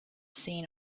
seen